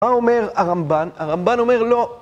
מה אומר הרמב"ן? הרמב"ן אומר לא.